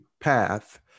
path